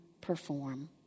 perform